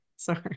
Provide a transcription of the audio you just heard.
Sorry